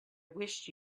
wish